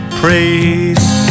praise